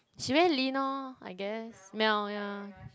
she very lean orh I guess Mel ya